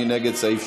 מי נגד סעיף 6?